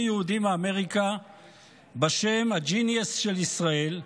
יהודים מאמריקה בשם: הגניוס של ישראל,